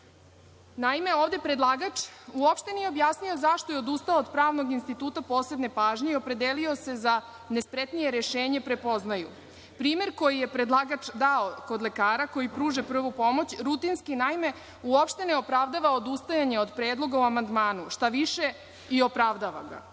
pažnje. Naime, ovde predlagač uopšte nije objasnio zašto je odustao od pravnog instituta posebne pažnje i opredelio se za nespretnije rešenje – prepoznaju. Primer koji je predlagač dao kod lekara koji pruža prvu pomoć rutinski, naime, uopšte ne opravdava odustajanje od predloga u amandmanu, šta više i opravdava ga.